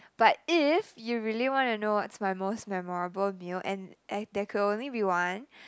but if you really wanna know what's my most memorable meal and and there could only be one